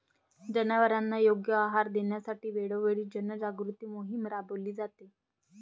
जनावरांना योग्य आहार देण्यासाठी वेळोवेळी जनजागृती मोहीम राबविली जाते